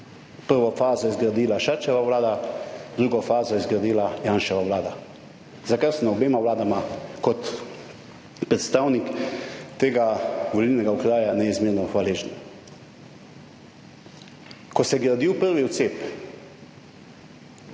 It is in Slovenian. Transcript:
Prvo fazo je zgradila Šarčeva vlada, drugo fazo je zgradila Janševa vlada, za kar sem obema vladama kot predstavnik tega volilnega okraja neizmerno hvaležen. Ko se je gradil prvi odcep,